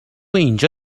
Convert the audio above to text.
اینجا